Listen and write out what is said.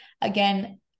again